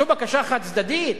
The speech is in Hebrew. זו בקשה חד-צדדית?